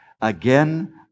Again